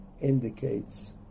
indicates